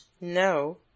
No